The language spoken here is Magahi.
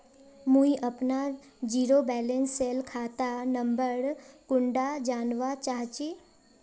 मुई अपना जीरो बैलेंस सेल खाता नंबर कुंडा जानवा चाहची?